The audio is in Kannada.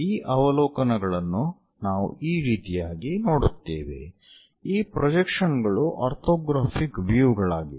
ಈ ಅವಲೋಕನಗಳನ್ನು ನಾವು ಈ ರೀತಿಯಾಗಿ ನೋಡುತ್ತೇವೆ ಈ ಪ್ರೊಜೆಕ್ಷನ್ ಗಳು ಆರ್ಥೋಗ್ರಾಫಿಕ್ ವ್ಯೂ ಗಳಾಗಿವೆ